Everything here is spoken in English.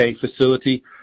facility